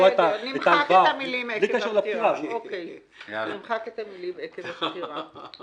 בסדר, נמחק את המילים "עקב הפטירה".